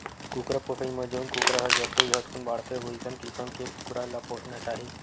कुकरा पोसइ म जउन कुकरा ह जतके झटकुन बाड़थे वइसन किसम के कुकरा ल पोसना चाही